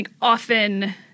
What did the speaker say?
often